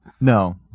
No